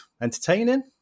Entertaining